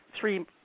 three